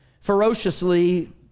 ferociously